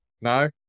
No